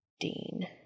Dean